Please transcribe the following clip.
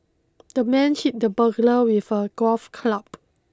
the man hit the burglar with a golf club